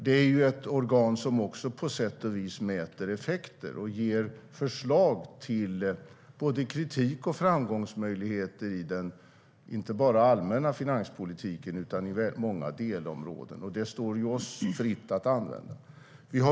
Det är en organisation som på sätt och vis också mäter effekter och ger förslag till både kritik och framgångsmöjligheter, inte bara i den allmänna finanspolitiken utan också på många delområden. Det står oss fritt att använda detta.